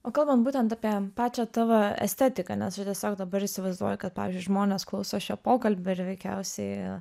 o kalbant būtent apie pačią tavo estetiką nes tiesiog dabar įsivaizduoju kad pavyzdžiui žmonės klauso šio pokalbio ir veikiausiai